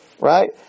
right